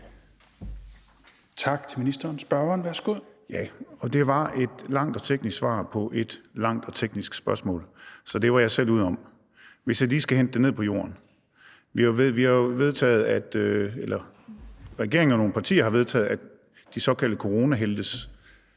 Tak til ministeren. Spørgeren, værsgo. Kl. 17:13 Torsten Gejl (ALT): Det var et langt og teknisk svar på et langt og teknisk spørgsmål, så det var jeg selv ude om. Hvis jeg lige skal hente det ned på jorden, vil jeg sige, at regeringen og nogle partier har vedtaget, at de såkaldte coronaheltes